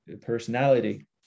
personality